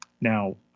Now